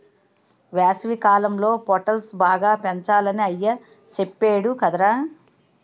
వేసవికాలంలో పొటల్స్ బాగా పెంచాలని అయ్య సెప్పేడు కదరా